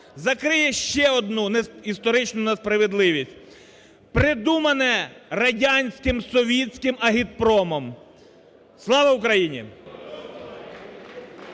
закриє ще одну історичну несправедливість, придумане радянським, "совіцьким агітпромом". Слава Україні!